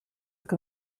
look